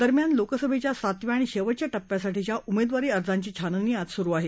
दरम्यान लोकसभेच्या सातव्या आणि शेवटच्या टप्प्यासाठीच्या उमेदवारी अर्जांची छाननी आज सुरु आहे